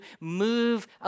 move